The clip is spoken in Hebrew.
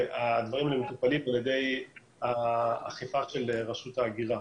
והדברים מטופלים על ידי אכיפה של רשות ההגירה.